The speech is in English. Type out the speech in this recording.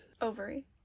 Ovary